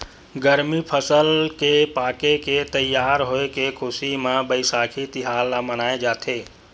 गरमी फसल के पाके के तइयार होए के खुसी म बइसाखी तिहार ल मनाए जाथे